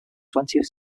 twentieth